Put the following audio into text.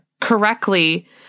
correctly